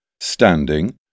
standing